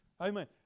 Amen